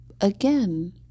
again